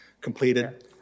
completed